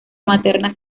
materna